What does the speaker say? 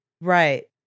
Right